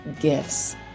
gifts